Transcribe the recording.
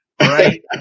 Right